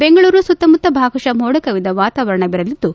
ಬೆಂಗಳೂರು ಸುತ್ತಮುತ್ತ ಭಾಗಶಃ ಮೋಡಕವಿದ ವಾತಾವರಣ ಇರಲಿದ್ದು